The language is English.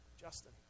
Justin